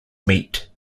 meet